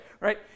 right